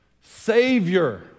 savior